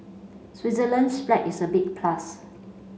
Switzerland's flag is a big plus